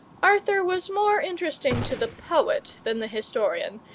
arthur was more interesting to the poet than the historian,